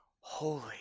Holy